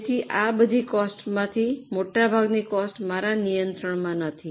તેથી આ બધી કોસ્ટમાંથી મોટાભાગની કોસ્ટ મારા નિયંત્રણમાં નથી